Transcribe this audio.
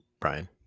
Brian